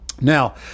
Now